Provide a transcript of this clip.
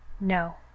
No